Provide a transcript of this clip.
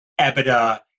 EBITDA